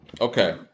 Okay